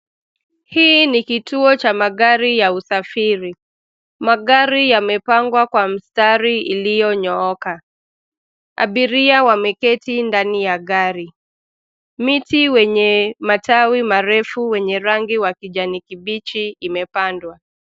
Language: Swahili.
Hii ni kituo cha magari ya usafiri. Magari yamepangwa kwa mstari iliyonyooka. Abiria wameketi ndani ya gari. Miti wenye matawi marefu wenye rangi wa kijani kibichi, imepandwa.